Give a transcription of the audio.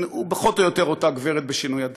הוא פחות או יותר אותה הגברת בשינוי אדרת.